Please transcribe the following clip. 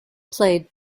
played